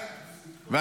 די, תפסיק כבר.